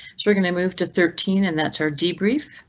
so we're going to move to thirteen. and that's our debrief.